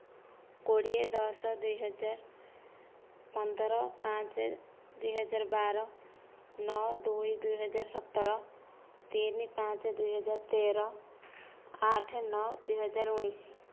କୋଡ଼ିଏ ଦଶ ଦୁଇହଜାର ପନ୍ଦର ପାଞ୍ଚ ଦୁଇହଜାର ବାର ନଅ ଦୁଇ ଦୁଇହଜାର ସତର ତିନି ପାଞ୍ଚ ଦୁଇହଜାର ତେର ଆଠ ନଅ ଦୁଇହଜାର ଉଣେଇଶ